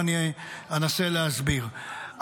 ואני אנסה להסביר,